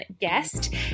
guest